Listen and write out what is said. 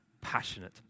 passionate